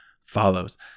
follows